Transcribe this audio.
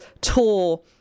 tour